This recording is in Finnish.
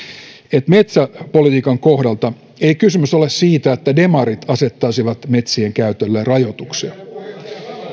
että metsäpolitiikan kohdalla ei kysymys ole siitä että demarit asettaisivat metsien käytölle rajoituksia